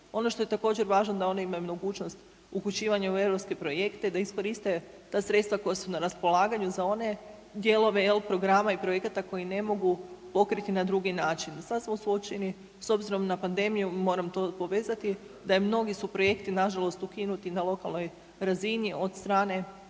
Ono što je također važno da one imaju mogućnost upućivanja u europske projekte, da iskoriste ta sredstva koja su na raspolaganju za one dijelove programa i projekat koji ne mogu pokriti na drugi način. Sada smo suočeni s obzirom na panedemiju, moram to povezati da su mnogi projekti nažalost ukinuti na lokalnoj razini od strane